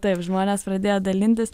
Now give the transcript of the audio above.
taip žmonės pradėjo dalintis